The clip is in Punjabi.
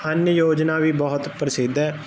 ਅਨ ਯੋਜਨਾ ਵੀ ਬਹੁਤ ਪ੍ਰਸਿੱਧ ਹੈ